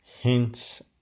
hints